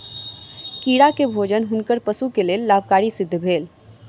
कीड़ा के भोजन हुनकर पशु के लेल लाभकारी सिद्ध भेल